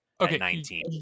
Okay